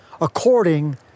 according